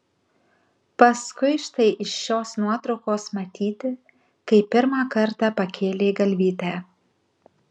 paskui štai iš šios nuotraukos matyti kai pirmą kartą pakėlei galvytę